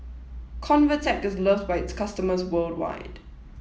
Convatec is loved by its customers worldwide